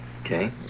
Okay